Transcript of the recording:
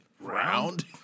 Round